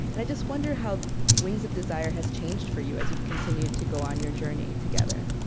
and i just wonder how wings of desire has changed for you, as you've continued to go on your journey together